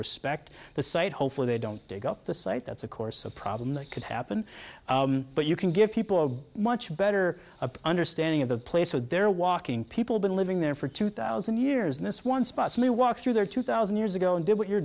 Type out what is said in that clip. respect the site hopefully they don't dig up the site that's of course a problem that could happen but you can give people a much better understanding of the place so they're walking people been living there for two thousand years and this one spots me walked through there two thousand years ago and did what you're